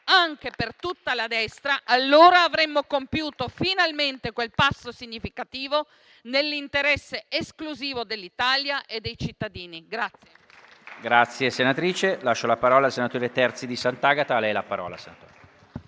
anche per tutta la destra, allora avremo compiuto finalmente quel passo significativo nell'interesse esclusivo dell'Italia e dei cittadini.